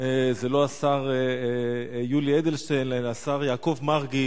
זה לא השר יולי אדלשטיין אלא השר יעקב מרגי,